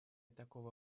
такого